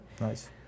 Nice